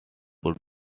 could